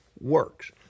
works